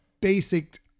basic